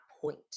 point